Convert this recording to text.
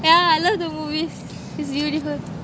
yeah I love the movies it's beautiful